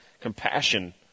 compassion